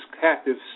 captive